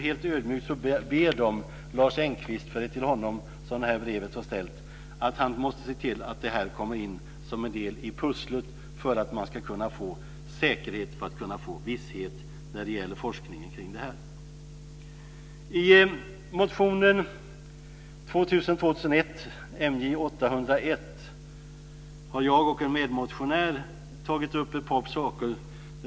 Helt ödmjukt ber de Lars Engqvist - det är till honom som detta brev var ställt - att se till att detta kommer med som en del i pusslet för att man ska kunna få säkerhet och visshet när det gäller forskningen kring detta. I motion 2000/01:MJ801 har jag och en medmotionär tagit upp ett par saker.